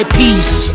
peace